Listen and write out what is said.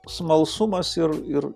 smalsumas ir ir